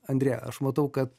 andreja aš matau kad